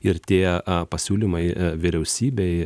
ir tie pasiūlymai vyriausybei